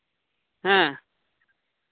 ᱦᱮᱸ